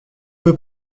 peu